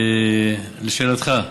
לשאלתך: